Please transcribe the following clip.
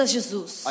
Jesus